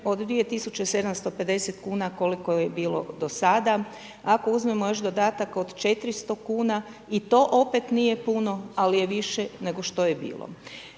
od 2750 kuna koliko je bilo do sada ako uzmemo još dodatak od 400 kuna i to opet nije puno, ali je više nego što je bilo.